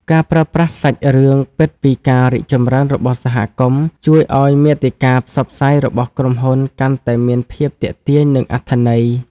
ការប្រើប្រាស់សាច់រឿងពិតពីការរីកចម្រើនរបស់សហគមន៍ ជួយឱ្យមាតិកាផ្សព្វផ្សាយរបស់ក្រុមហ៊ុនកាន់តែមានភាពទាក់ទាញ និងអត្ថន័យ។